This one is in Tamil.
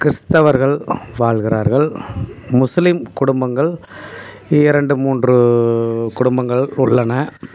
கிறிஸ்தவர்கள் வாழ்கிறார்கள் முஸ்லீம் குடும்பங்கள் இரண்டு மூன்று குடும்பங்கள் உள்ளன